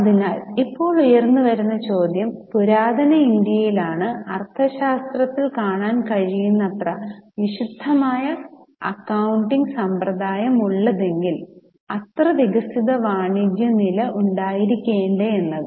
അതിനാൽ ഇപ്പോൾ ഉയർന്നുവരുന്ന ചോദ്യം പുരാതന ഇന്ത്യയിലാണ് അർത്ഥശാസ്ത്രത്തിൽ കാണാൻ കഴിയുന്നത്ര വിശദമായ അക്കൌണ്ടിംഗ് സമ്പ്രദായം ഉള്ളതെങ്കിൽ അത്ര വികസിത വാണിജ്യ നില ഉണ്ടായിരിക്കേണ്ടേ എന്നത്